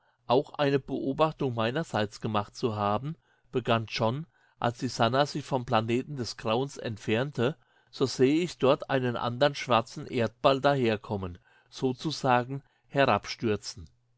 auch eine beobachtung meinerseits gemacht zu haben begann john als die sannah sich vom planeten des grauens entfernte so sehe ich dort einen andern schwarzen erdball daherkommen sozusagen herabstürzen